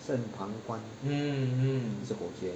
肾膀胱